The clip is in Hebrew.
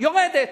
יורדת.